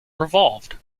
revolved